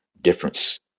difference